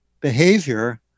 behavior